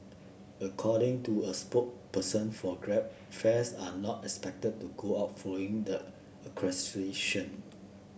according to a spokesperson for Grab fares are not expected to go up following the acquisition